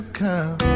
come